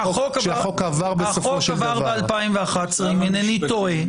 החוק עבר ב-2011 אם אינני טועה.